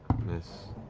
miss,